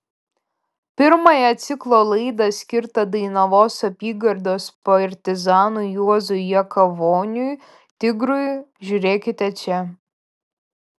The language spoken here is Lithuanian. pirmąją ciklo laidą skirtą dainavos apygardos partizanui juozui jakavoniui tigrui žiūrėkite čia